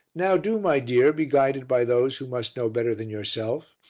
now do, my dear, be guided by those who must know better than yourself.